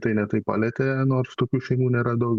tai ne taip palietė nors tokių šeimų neradau